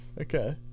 Okay